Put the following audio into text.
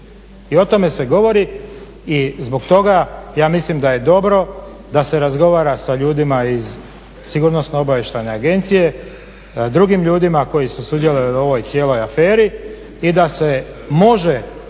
i o tome se govori i zbog toga ja mislim da je dobro da se razgovara sa ljudima iz sigurnosno-obavještajne agencije, drugim ljudima koji su sudjelovali u ovoj cijeloj aferi, i da se može definitivno